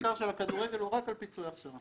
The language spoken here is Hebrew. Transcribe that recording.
המחקר של הכדורגל היה רק על פיצויי הכשרה.